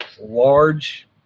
Large